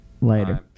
Later